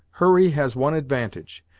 hurry has one advantage,